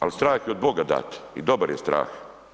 Ali strah je od Boga dat i dobar je strah.